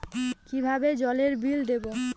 কিভাবে জলের বিল দেবো?